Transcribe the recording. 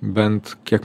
bent kiek